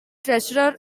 treasurer